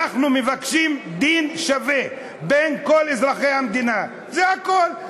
אנחנו מבקשים דין שווה לכל אזרחי המדינה, זה הכול.